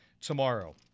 tomorrow